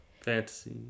fantasy